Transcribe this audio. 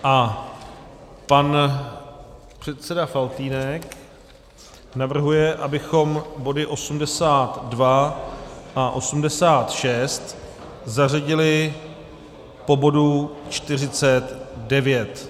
A pan předseda Faltýnek navrhuje, abychom body 82 a 86 zařadili po bodu 49.